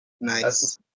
Nice